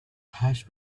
hash